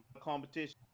competition